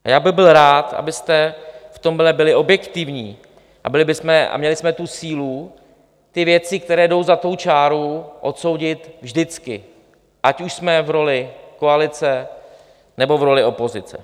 A já bych byl rád, abyste v tomhle byli objektivní a měli jsme sílu ty věci, které jdou za čáru, odsoudit vždycky, ať už jsme v roli koalice, nebo v roli opozice.